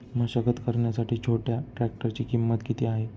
मशागत करण्यासाठी छोट्या ट्रॅक्टरची किंमत किती आहे?